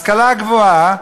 השכלה גבוהה,